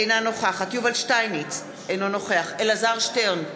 אינה נוכחת יובל שטייניץ, אינו נוכח אלעזר שטרן,